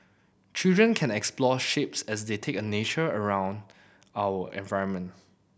children can explore shapes as they take a nature around our environment